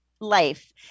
life